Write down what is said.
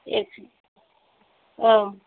एक औ